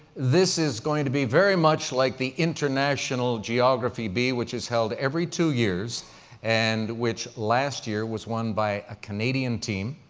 this is going to be very much like the international geography bee which is held every two years and which last year was won by a canadian team.